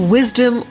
Wisdom